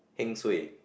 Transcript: heng suay